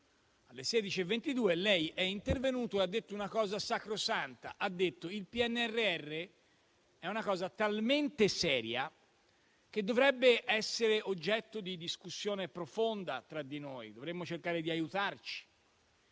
Alle 16,22 lei è intervenuto e ha detto una cosa sacrosanta. Ha detto che il PNRR è una cosa talmente seria che dovrebbe essere oggetto di discussione profonda tra di noi, dovremmo cercare di aiutarci.